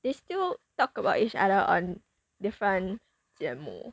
they still talk about each other on different 节目